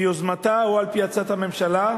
ביוזמתה או על-פי הצעת הממשלה,